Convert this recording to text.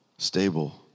Stable